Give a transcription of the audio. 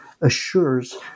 assures